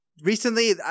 recently